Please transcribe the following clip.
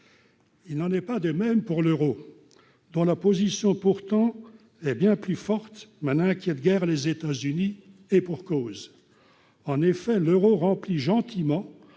il n'en est pas de même pour l'Euro, dont la position, pourtant, est bien plus forte maintenant inquiète guère les États-Unis et pour cause, en effet, l'Euro remplit gentiment